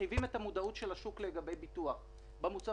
שאחת מן המטרות שלה בחוק הפיקוח היא "לקדם